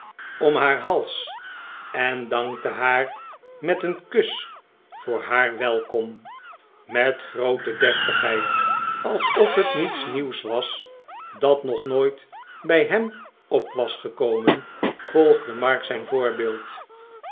om haar hals en dankte haar met een kus voor haar welkom met groote deftigheid alsof het iets nieuws was dat nog nooit bij hem op was gekomen volgde mark zijn voorbeeld